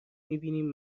میبینیم